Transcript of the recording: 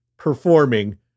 performing